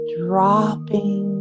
dropping